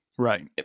Right